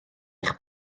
eich